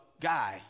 guy